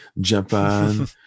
Japan